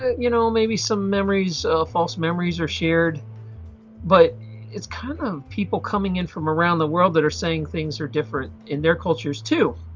ah you know maybe some memories of false memories are shared but it's kind of people coming in from around the world that are saying things are different in their cultures too.